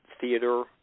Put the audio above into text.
Theater